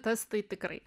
tas tai tikrai